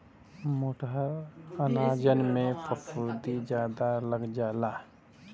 मोटहर अनाजन में फफूंदी जादा लग जाला